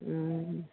हूँ